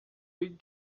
with